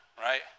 Right